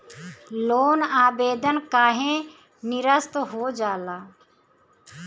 Loan आवेदन काहे नीरस्त हो जाला?